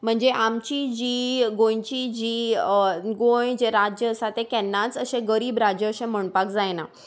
म्हणजे आमची जी गोंयची जी गोंय जें राज्य आसा तें केन्नाच अशें गरीब राज्य अशें म्हणपाक जायना